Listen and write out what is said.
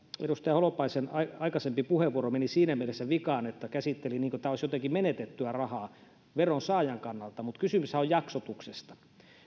edustaja holopaisen aikaisempi puheenvuoro meni siinä mielessä vikaan että se käsitteli tätä niin kuin tämä olisi jotenkin menetettyä rahaa veronsaajan kannalta mutta kysymyshän on jaksotuksesta